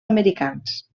americans